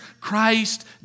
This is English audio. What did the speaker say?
Christ